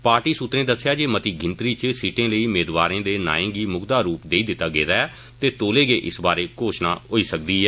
party सुत्रे दस्सैआ जे मती गिनतरी इच सीटें लेई मेदवारें दे नाएं गी मुकदा रूप देई दिता गेदा ऐ ते तौले गै इस बारै घोशणा होई सकदी ऐ